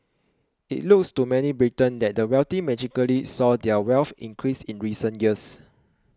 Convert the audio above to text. it looks to many Britons that the wealthy magically saw their wealth increase in recent years